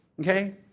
okay